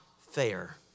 fair